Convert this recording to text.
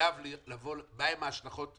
החלטה כזאת חייבת לבוא עם בחינה של ההשלכות.